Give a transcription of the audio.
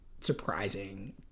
surprising